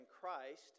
Christ